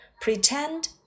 Pretend